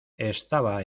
estaba